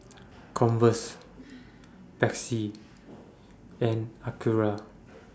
Converse Pepsi and Acura